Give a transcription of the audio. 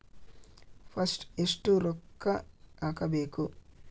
First ಎಷ್ಟು ರೊಕ್ಕ ಹಾಕಬೇಕು?